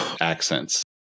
accents